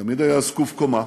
תמיד היה זקוף קומה